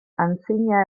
antzina